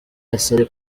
yasabye